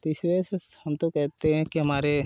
तो इसी वजह से हम तो कहते हैं कि हमारे